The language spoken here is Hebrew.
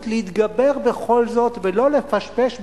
להתגבר בכל זאת ולא לפשפש בציציותיהם,